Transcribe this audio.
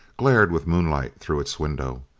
glared with moonlight through its window.